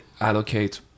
allocate